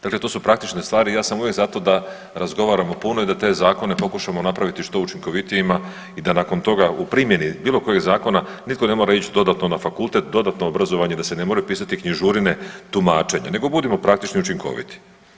Dakle, to su praktične stvari i ja sam uvijek za to da razgovaramo puno i da te zakone pokušamo napraviti što učinkovitijima i da nakon toga u primjeni bilo kojeg zakona nitko ne mora ići dodatno na fakultet, dodatno obrazovanje, da se ne moraju pisati knjižurine tumačenja, nego budimo praktični i učinkoviti.